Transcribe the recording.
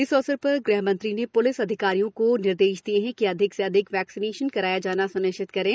इस अवसर पर ग्रहमंत्री ने प्लिस अधिकारियों को निर्देश दिए हैं कि अधिक से अधिक वैक्सीनेशन कराया जाना स्निश्चित करें